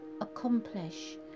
accomplish